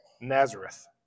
Nazareth